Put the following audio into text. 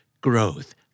Growth